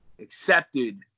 accepted